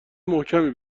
محکمی